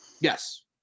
Yes